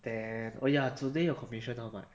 then oh ya today your commission how much